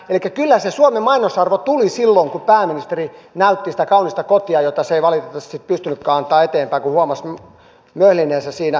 elikkä kyllä se suomen mainosarvo tuli silloin kun pääministeri näytti sitä kaunista kotiaan jota ei valitettavasti pystynytkään antamaan eteenpäin kun huomasi möhlineensä siinä